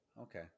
Okay